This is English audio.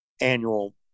annual